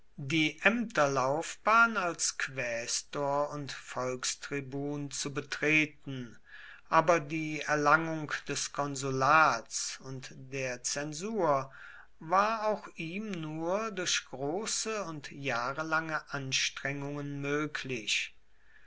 die ämterlaufbahn als quästor und volkstribun zu betreten aber die erlangung des konsulats und der zensur war auch ihm nur durch große und jahrelange anstrengungen möglich